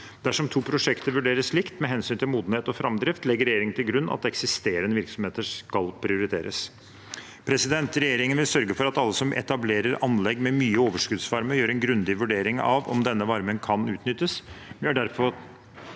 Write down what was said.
Dersom to prosjekter vurderes likt med hensyn til modenhet og framdrift, legger regjeringen til grunn at eksisterende virksomheter skal prioriteres. Regjeringen vil sørge for at alle som etablerer anlegg med mye overskuddsvarme, gjør en grundig vurdering av om denne varmen kan utnyttes.